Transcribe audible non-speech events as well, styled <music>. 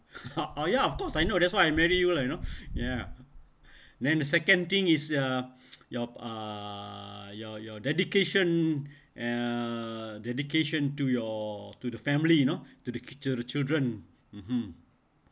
<laughs> ya of course I know that's why marry you lah you know ya then the second thing is uh your uh your your dedication uh dedication to your to the family you know to the kids the children mmhmm